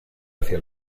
hacia